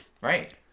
Right